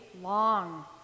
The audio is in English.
long